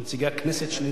יש שני נציגי הכנסת ונציגי